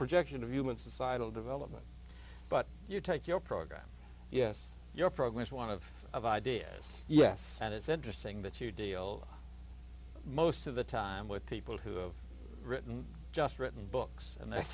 projection of human societal development but you take your program yes your progress one of of ideas yes and it's interesting that you deal most of the time with people who have written just written books and that's